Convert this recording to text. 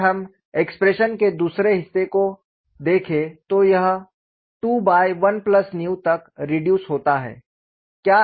अगर हम एक्सप्रेशन के दूसरे हिस्से की देखे तो यह 21 तक रिड्यूस होता है